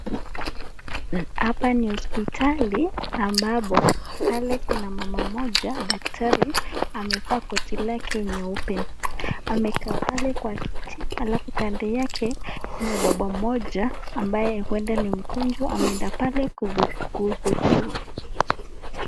Hapa ni hospitali ambapo mama mmoja. Daktari amevaa koti lake nyeupe, amekaa pale kwa kiti alafu kando yake kuna baba mmoja ambaye huenda ni mgonjwa ameenda pale kuhudumiwa.